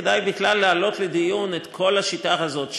כדאי בכלל להעלות לדיון את כל השיטה הזאת,